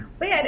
Wait